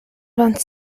vingt